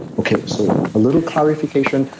okay, so a little clarification,